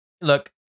look